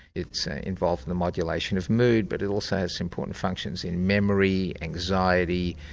it's involved in the modulation of mood, but it also has important functions in memory, anxiety,